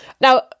Now